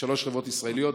שלוש חברות ישראליות.